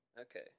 okay